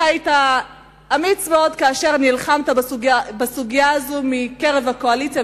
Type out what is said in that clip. אתה היית אמיץ מאוד כאשר נלחמת בסוגיה הזאת מקרב הקואליציה,